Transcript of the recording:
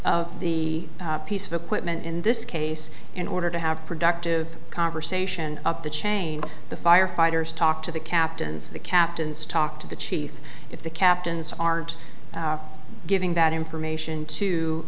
of the piece of equipment in this case in order to have productive conversation up the chain of the firefighters talk to the captains the captains talk to the chief if the captains aren't giving that information to